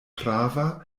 prava